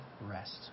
rest